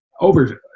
over